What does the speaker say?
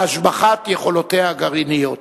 להשבחת יכולותיה הגרעיניות.